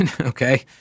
Okay